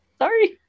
Sorry